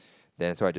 that's why I just